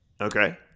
Okay